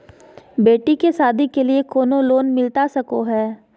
बेटी के सादी के लिए कोनो लोन मिलता सको है?